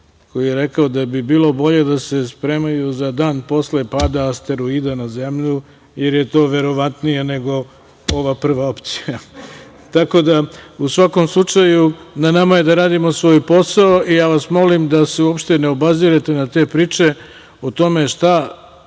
ovu vlast, da bi bilo bolje da se spremaju za dan posle pada asteroida na zemlju, jer je to verovatnije nego ova prva opcija.U svakom slučaju, na nama je da radimo svoj posao i molim vas da se uopšte ne obazirete na te priče o tome šta